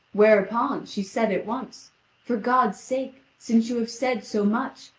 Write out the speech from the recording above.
whereupon, she said at once for god's sake, since you have said so much,